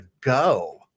go